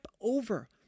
over